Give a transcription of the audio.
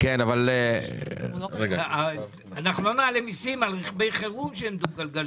לא נעלה מסים על רכבי חירום שהם דו גלגלי.